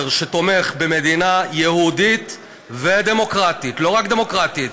שתומך במדינה יהודית ודמוקרטית לא רק דמוקרטית,